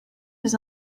des